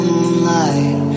moonlight